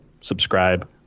Subscribe